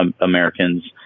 Americans